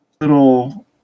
little